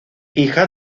hija